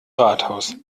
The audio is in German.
rathaus